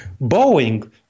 Boeing